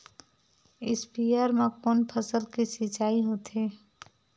स्पीयर म कोन फसल के सिंचाई होथे?